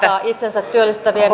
itsensä työllistävien